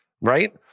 right